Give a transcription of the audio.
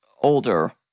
older